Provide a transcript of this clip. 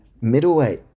middleweight